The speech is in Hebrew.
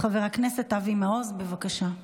חבר הכנסת אבי מעוז, בבקשה.